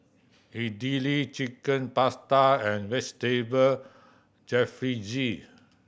Idili Chicken Pasta and Vegetable Jalfrezi